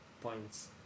points